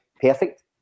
perfect